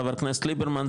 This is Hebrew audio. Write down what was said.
חבר הכנסת ליברמן,